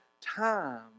time